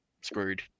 screwed